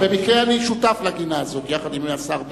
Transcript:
במקרה אני שותף לגינה הזאת, יחד עם השר בגין,